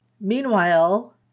Meanwhile